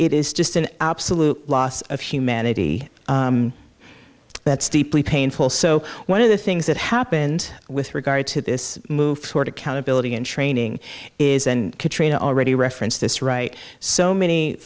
it is just an absolute loss of humanity that's deeply painful so one of the things that happened with regard to this move toward accountability and training isn't katrina already referenced this right so many